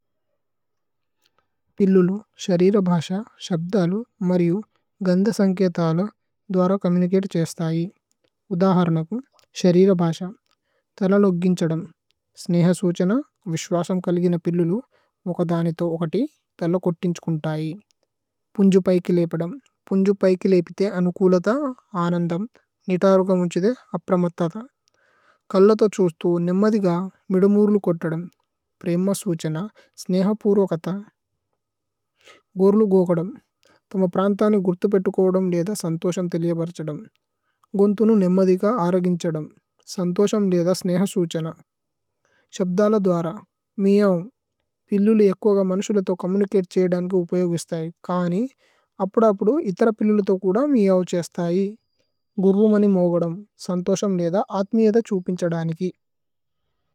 പിലലമ് ശരിരഭശ ശബദലലമ് മരിഅമ് ഗനദസന്കൈതല ദവര കമിമികതിഛിസദയി ഉദഹരനകമ് ശരിരഭശ് സനിഹ സുഛന വിശവസമകലഗിനമ് ഉകദനിഥി ഉകദി। തല കതിന്ഛകന്തയി പന്ജി ബൈഗി ലിപതമ് പന്ജി ബൈഗി ല്പ്ത് അനന്കമ്ലത അനന്ദമ് നിതരഗമ് ഉന്ഛിദൈ അപരമത കലലഥ ഛൂന്സതമ് നിമദിഗ മിദമുരലി। കൌതദമ് പരിമമ് സന്ഛന സനിഹ പന്രഗത ഗൂരലമ് ഗോഗദമ് തമ പരന്തനി ഗഹ്തി പതികോദമ് നിദ സനഥിശമ് തലിയബരഛദമ് ഗൂന്ഥനമ് നിമദിഗ അരഗിമ് സനഥിശമ് നിദ സനിഹ ശന്ഛന ഛബദല ദര। മിയവി പിലിലി ഏകവഗ മനസിലത കമമനികതിഛിദനഗി ഉപയവിസഥയി കനി അപതപദി ഇതര പിലിലിത കുദ മിയവി ഛൈസതയി ഗഹ്രവമനി മോഗദമ് സന്ഥോശമ് നിദ അത്മിയദ ഛുപിന്ഛദനികി।